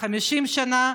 50 שנה,